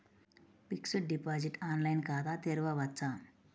Fixed deposit online ఖాతా తెరువవచ్చా?